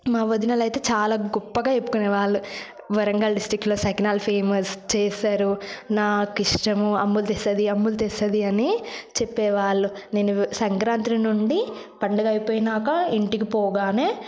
మా వదినలైతే చాలా గొప్పగా చెప్పుకునే వాళ్ళు వరంగల్ డిస్ట్రిక్లో సకినాలు ఫేమస్ చేస్తారు నాకు ఇష్టము అమ్మ తెస్తది అమ్ములు తెస్తుంది అని చెప్పేవాళ్ళు నేను సంక్రాంతి నుండి పండుగ అయిపోయినాక ఇంటికి పోగానే